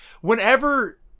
Whenever